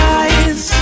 eyes